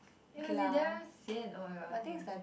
you must damn sian oh my god same